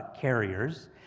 carriers